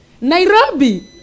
Nairobi